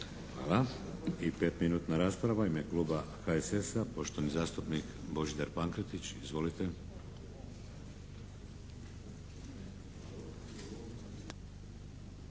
Hvala. I petminutna rasprava u ime Kluba HSS-a poštovani zastupnik Božidar Pankretić. Izvolite.